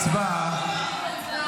הצבעה.